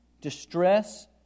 distress